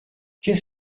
qu’est